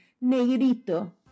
negrito